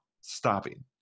stopping